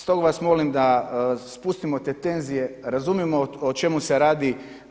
Stoga vas molim da spustimo te tenzije, razumijemo o čemu se radi.